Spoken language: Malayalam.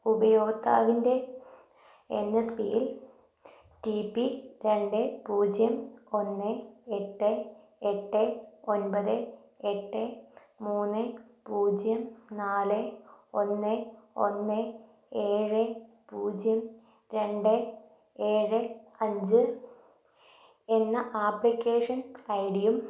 ഉപയോക്താവിൻ്റെ എൻ എസ് ബിയിൽ ടി പി രണ്ട് പൂജ്യം ഒന്ന് എട്ട് എട്ട് ഒൻപത് എട്ട് മൂന്ന് പൂജ്യം നാല് ഒന്ന് ഒന്ന് ഏഴ് പൂജ്യം രണ്ട് ഏഴ് അഞ്ച് എന്ന ആപ്ലികേഷൻ ഐ ഡിയും